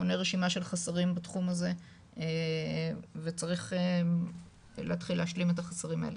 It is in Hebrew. מונה רשימה של חוסרים בתחום הזה וצריך להתחיל להשלים את החסרים האלה,